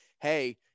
Hey